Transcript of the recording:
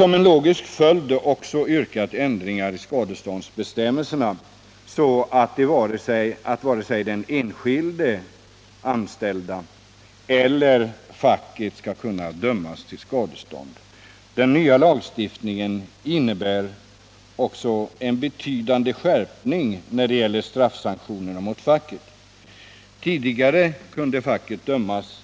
Som en logisk följd har vi också yrkat på ändringar i skadeståndsbestämmelserna, så att varken den enskilde anställde eller facket skall kunna dömas till skadestånd. Den nya lagen innebär också en betydande skärpning när det gäller straffsanktionerna mot facket. Tidigare kunde facket dömas